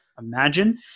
imagine